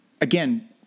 again